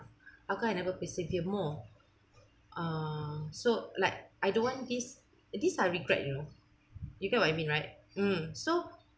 how come I never persevere more uh so like I don't want these these are regret you know you get what I mean right mm so